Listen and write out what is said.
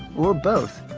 or both.